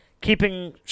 keeping